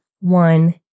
one